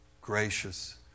gracious